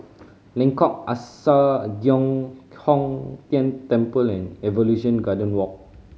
Lengkok Angsa Giok Hong Tian Temple and Evolution Garden Walk